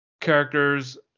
characters